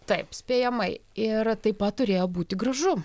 taip spėjamai ir taip pat turėjo būti gražu